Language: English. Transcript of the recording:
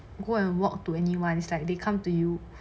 go and walk to anyone is like they come to you